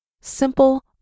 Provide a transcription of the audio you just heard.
simple